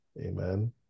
Amen